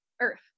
Earth